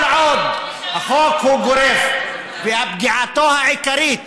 כל עוד החוק גורף ופגיעתו העיקרית